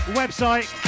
website